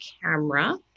camera